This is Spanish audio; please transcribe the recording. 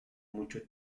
mucho